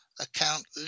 account